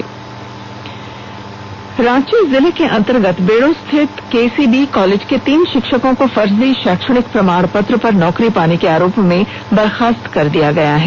षिक्षक बर्खास्त रांची जिले के अंतर्गत बेड़ो स्थित केसीबी कॉलेज के तीन शिक्षकों को फर्जी शैक्षणिक प्रमाण पत्र पर नौकरी नौकरी पाने के आरोप में बर्खास्त कर दिया गया है